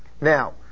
Now